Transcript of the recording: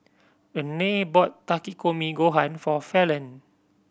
Renae bought Takikomi Gohan for Fallon